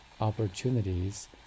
opportunities